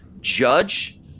Judge